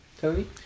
Tony